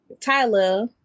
Tyler